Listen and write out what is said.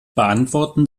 beantworten